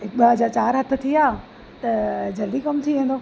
ॿ जा चारि हथ थिया त जल्दी कमु थी वेंदो